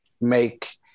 make –